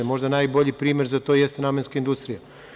Možda najbolji primer za to jeste namenska industrija.